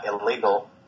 illegal